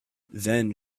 then